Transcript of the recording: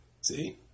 See